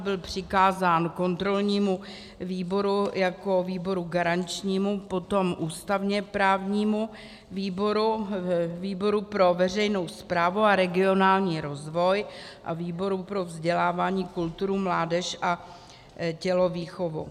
Byl přikázán kontrolnímu výboru jako výrobu garančnímu, potom ústavněprávnímu výboru, výboru pro veřejnou správu a regionální rozvoj a výboru pro vzdělávání, kulturu, mládež a tělovýchovu.